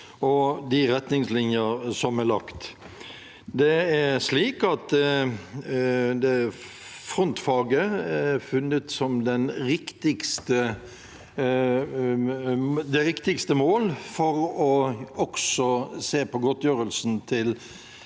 og de retningslinjer som er lagt. Frontfaget er funnet som det riktigste mål for å se på godtgjørelsen til